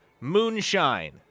moonshine